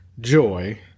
joy